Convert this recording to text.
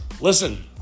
Listen